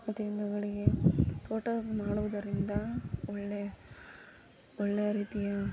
ಮತ್ತೆ ಹಿಂದುಗಡೆಗೆ ತೋಟವೂ ಮಾಡುದರಿಂದ ಒಳ್ಳೆ ಒಳ್ಳೆಯ ರೀತಿಯ